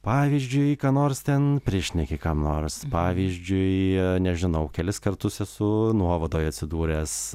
pavyzdžiui ką nors ten prišneki kam nors pavyzdžiui nežinau kelis kartus esu nuovadoj atsidūręs